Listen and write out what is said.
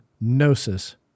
Gnosis